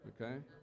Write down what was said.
okay